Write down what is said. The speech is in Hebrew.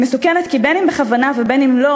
היא מסוכנת כי בין אם בכוונה ובין אם לא,